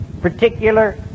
particular